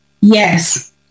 Yes